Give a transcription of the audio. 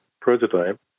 prototype